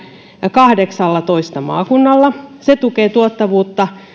kahdeksallatoista maakunnalla se tukee tuottavuutta